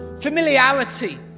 Familiarity